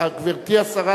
גברתי השרה,